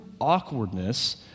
awkwardness